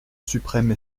suprême